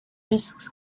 risks